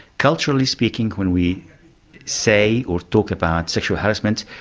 culturally speaking when we say or talk about sexual harassment,